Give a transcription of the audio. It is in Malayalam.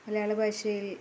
മലയാളഭാഷയിൽ